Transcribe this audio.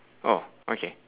oh okay